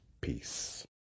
Peace